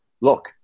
look